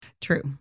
True